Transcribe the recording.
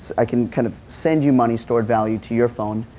i can kind of send you money stored value to your phone,